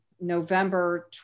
November